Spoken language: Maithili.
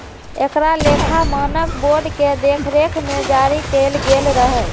एकरा लेखा मानक बोर्ड के देखरेख मे जारी कैल गेल रहै